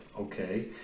okay